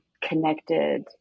connected